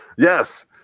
Yes